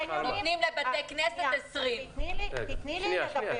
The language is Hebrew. אתם נותנים לקניונים --- נותנים לבתי כנסת 20. תני לי לדבר,